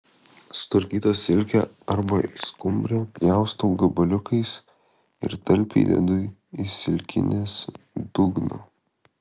sutvarkytą silkę arba skumbrę pjaustau gabaliukais ir talpiai dedu į silkinės dugną